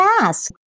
ask